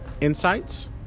Insights